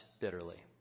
bitterly